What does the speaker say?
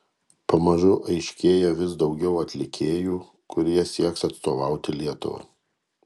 pamažu aiškėja vis daugiau atlikėjų kurie sieks atstovauti lietuvą